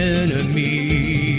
enemy